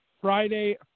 Friday